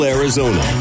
Arizona